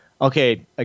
Okay